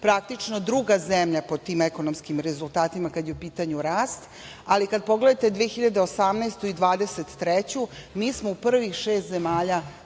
praktično druga zemlja po tim ekonomskim rezultatima kad je u pitanju rast, ali kad pogledate 2018. i 2023. godinu, mi smo u prvih šest zemalja